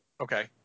Okay